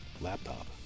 laptop